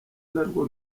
narwo